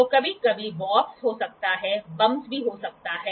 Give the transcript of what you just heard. तो कभी कभी वार्पसहो सकता है बम्पस भी हो सकता है